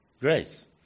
grace